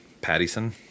Pattison